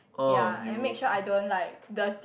ya and make sure I don't like the